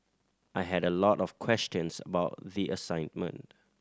I had a lot of questions about the assignment